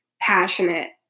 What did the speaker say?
passionate